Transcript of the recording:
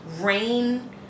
rain